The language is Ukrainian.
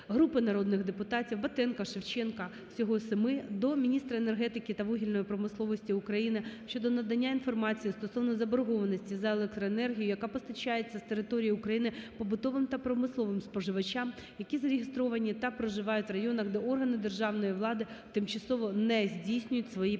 Групи народних депутатів (Батенка, Шевченка та інших. Всього семи) до Міністра енергетики та вугільної промисловості України щодо надання інформації стосовно заборгованості за електроенергію, яка постачається з території України побутовим та промисловим споживачам, які зареєстровані та проживають в районах, де органи державної влади тимчасово не здійснюють свої